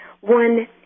one